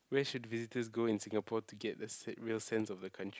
where should visitors go in Singapore to get the se~ real sense of the country